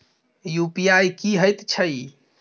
UPI की हएत छई?